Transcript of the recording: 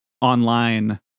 online